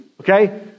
Okay